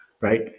Right